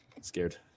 Scared